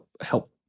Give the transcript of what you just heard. help